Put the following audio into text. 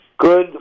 Good